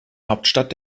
hauptstadt